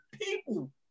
people